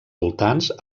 voltants